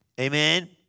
amen